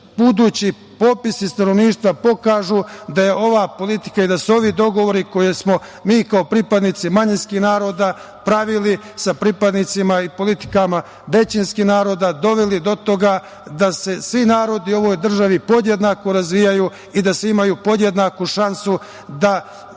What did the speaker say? budući popisi stanovništva pokažu da je ova politika i da se ovi dogovori koje smo mi kao pripadnici manjinski naroda pravili sa pripadnicima i politikama većinskih naroda doveli do toga da se svi narodi u ovoj državi podjednako razvijaju i da svi imaju podjednaku šansu da